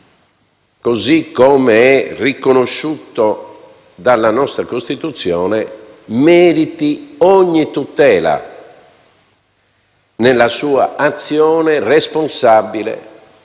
così come è riconosciuto dalla nostra Costituzione, meriti ogni tutela nella sua azione responsabile